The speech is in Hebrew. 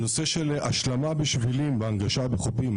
הנושא של השלמה של שבילים, בהנגשה בחופים.